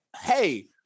hey